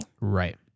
Right